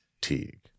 Teague